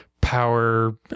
power